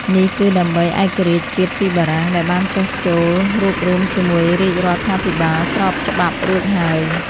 នេះគឺដើម្បី ឯករាជ្យជាតិពីបារាំង ដែលបានចុះចូលរួបរួមជាមួយ រាជរដ្ឋា ភិបាលស្របច្បាប់រួចហើយ។